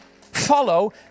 follow